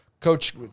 Coach